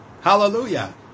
Hallelujah